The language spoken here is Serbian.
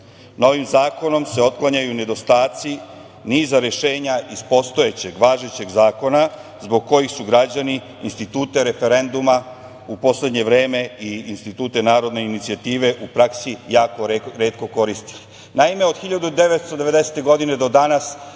Novim zakonom se otklanjaju nedostaci niza rešenja iz postojećeg važećeg zakona zbog kojih su građani institut referenduma u poslednje vreme i institute narodne inicijative u praksi jako retko koristili. Naime,